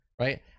Right